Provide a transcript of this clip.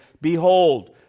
Behold